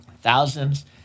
thousands